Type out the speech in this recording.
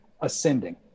ascending